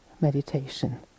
meditation